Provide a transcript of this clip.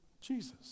Jesus